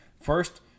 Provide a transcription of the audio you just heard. First